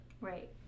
Right